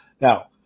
Now